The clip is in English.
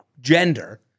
gender